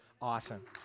awesome